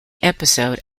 episode